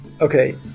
okay